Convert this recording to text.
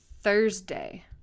Thursday